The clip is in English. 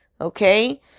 Okay